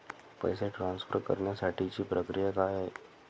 पैसे ट्रान्सफर करण्यासाठीची प्रक्रिया काय आहे?